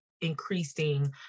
increasing